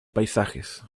paisajes